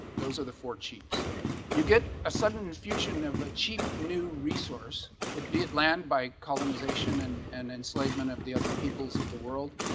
those are the four chiefs get a sudden infusion of a cheap new resource it be it land by colonization and and enslavement of the other peoples of the world